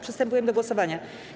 Przystępujemy do głosowania.